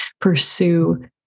pursue